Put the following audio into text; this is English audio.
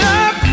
up